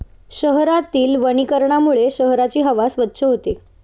शहरातील वनीकरणामुळे शहराची हवा स्वच्छ होते